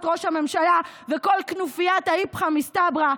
ראש הממשלה וכל כנופיית האיפכא מסתברא.